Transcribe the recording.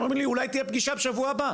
אומרים לי אולי תהיה פגישה בשבוע הבא.